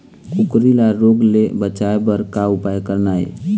कुकरी ला रोग ले बचाए बर का उपाय करना ये?